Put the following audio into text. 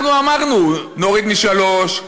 אנחנו אמרנו: נוריד משלוש,